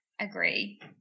agree